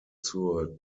zur